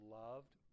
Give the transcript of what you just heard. loved